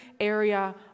area